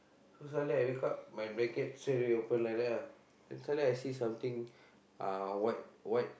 so suddenly I wake up my blanket straight away open like that ah then suddenly I see something uh white white